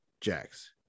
jacks